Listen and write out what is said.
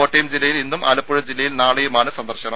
കോട്ടയം ജില്ലയിൽ ഇന്നും ആലപ്പുഴ ജില്ലയിൽ നാളെയുമാണ് സന്ദർശനം